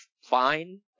fine